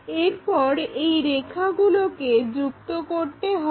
এরপর এই রেখাগুলোকে যুক্ত করতে হবে